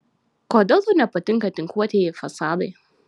kodėl tau nepatinka tinkuotieji fasadai